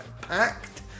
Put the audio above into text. packed